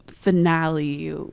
finale